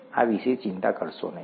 આ વિશે ચિંતા કરશો નહીં